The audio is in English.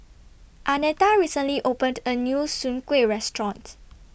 Annetta recently opened A New Soon Kuih Restaurant